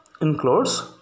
includes